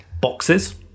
boxes